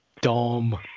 dumb